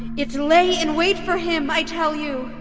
it lay in wait for him, i tell you